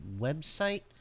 website